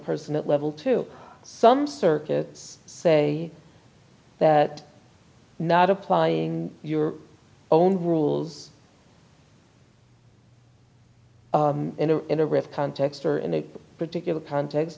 person at level two some circuits say that not applying your own rules in a in a riff context or in a particular context